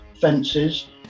fences